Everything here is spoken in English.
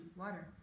water